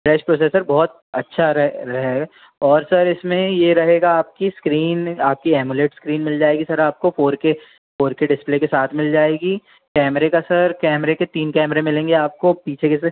fresh processor बहुत अच्छा रहे और सर इसमें ये रहेगा आपकी इस्क्रीन आपकी एमुलेट इस्क्रीन मिल जाएगी सर आपको four K four K display के साथ मिल जाएगी कैमरे का सर कैमरे के तीन कैमरे मिलेंगे आपको पीछे के से